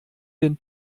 den